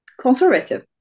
conservative